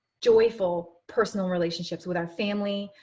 joyful personal relationships with our family,